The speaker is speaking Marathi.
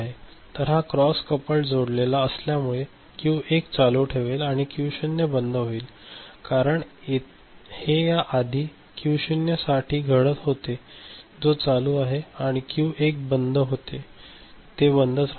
तर हा क्रॉस कपल्ड जोडलेला असल्यामुळे Q1 चालू ठेवेल आणि क्यू 0 बंद होईल कारण हे या आधी क्यू 0 साठी घडत होते जो चालू होता आणि क्यू 1 जे बंद होते ते बंदच राहते